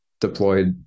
deployed